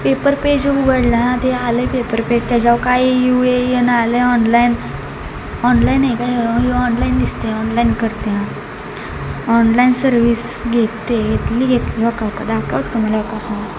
paper page उघडलं हां ते आलं आहे पेपर पेज त्याच्यावर काय यू ए यन आलं आहे ऑनलाईन ऑनलाईन हे काय हे ऑनलाईन दिसत आहे ऑनलाईन करते हां ऑनलाईन सर्विस घेते घेतली घेतली हो का का दाखवते तुम्हाला हो का हां